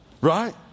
Right